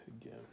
again